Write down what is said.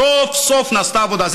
סוף-סוף נעשתה עבודה.